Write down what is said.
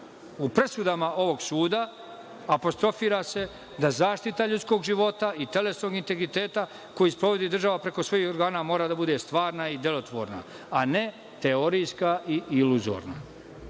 presudama ovog suda apostrofira se da zaštita ljudskog života i telesnog integriteta koji sprovodi država preko svojih organa mora da bude stvarna i delotvorna a ne teorijska i iluzorna.